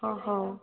ହଁ ହଉ